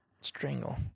Strangle